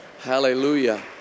Hallelujah